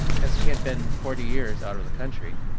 as he had been forty years out of the country.